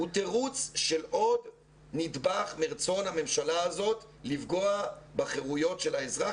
הוא תירוץ של עוד נדבך לרצון הממשלה הזאת לפגוע בחירויות של האזרח